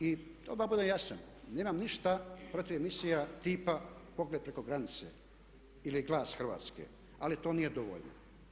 I odmah da budem jasan, nemam ništa protiv emisija tipa "Pogled preko granice" ili "Glas Hrvatske" ali to nije dovoljno.